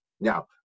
Now